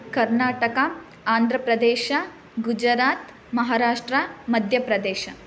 Karnataka Andhra Pradesh Gujarat Maharashtra Madhya Pradesh